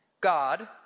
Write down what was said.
God